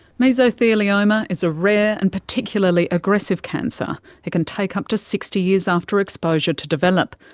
mesothelioma is a rare and particularly aggressive cancer. it can take up to sixty years after exposure to develop.